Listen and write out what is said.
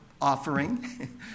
offering